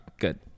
Good